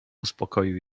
uspokoił